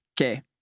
Okay